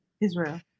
Israel